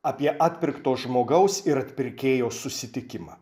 apie atpirkto žmogaus ir atpirkėjo susitikimą